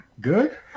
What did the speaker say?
good